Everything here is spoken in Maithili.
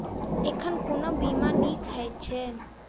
एखन कोना बीमा नीक हएत छै?